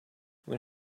when